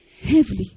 heavily